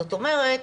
זאת אומרת